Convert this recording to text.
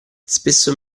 spesso